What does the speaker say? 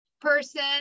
person